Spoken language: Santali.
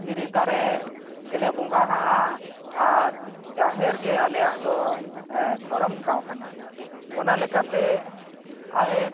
ᱫᱷᱤᱨᱤ ᱫᱟᱨᱮ ᱜᱮᱞᱮ ᱵᱚᱸᱜᱟᱣᱟᱜᱼᱟ ᱟᱨ ᱡᱟᱦᱮᱨ ᱜᱮ ᱟᱞᱮᱭᱟᱜ ᱫᱚ ᱫᱷᱚᱨᱚᱢ ᱴᱷᱟᱶ ᱠᱟᱱᱟ ᱚᱱᱟ ᱞᱮᱠᱟᱛᱮ ᱟᱞᱮ